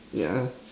yeah